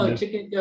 chicken